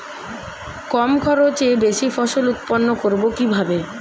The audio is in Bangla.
কম খরচে বেশি ফসল উৎপন্ন করব কিভাবে?